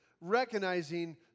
Recognizing